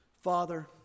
Father